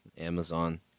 Amazon